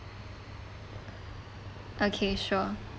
okay sure